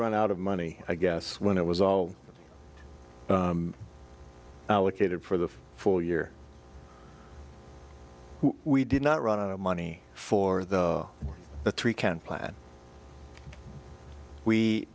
run out of money i guess when it was all allocated for the full year we did not run out of money for the three can plan we